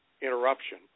interruption